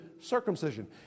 circumcision